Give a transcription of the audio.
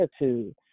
attitude